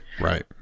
Right